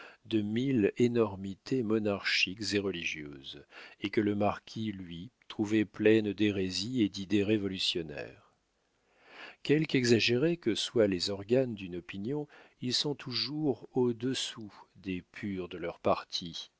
de mille énormités monarchiques et religieuses et que le marquis lui trouvait pleines d'hérésies et d'idées révolutionnaires quelque exagérés que soient les organes d'une opinion ils sont toujours au-dessous des purs de leur parti